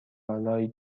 آلا